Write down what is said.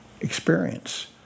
experience